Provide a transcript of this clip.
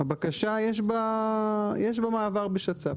הבקשה יש בה מעבר בשצ"פ.